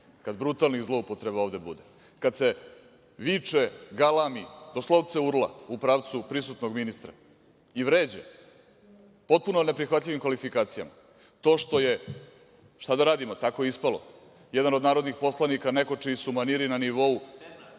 kada brutalnih zloupotreba ovde bude, kada se viče, galami, doslovce urla u pravcu prisutnog ministra i vređa potpuno neprihvatljivim kvalifikacijama. To što je, šta da radimo, tako ispalo da jedan od narodnih poslanika neko čiji su maniri na nivou,